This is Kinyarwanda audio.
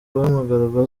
guhamagarwa